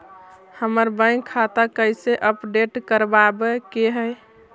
हमर बैंक खाता कैसे अपडेट करबाबे के है?